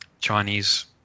Chinese